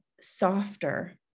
softer